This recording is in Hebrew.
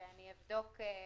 ואני חושבת --- בחקיקה?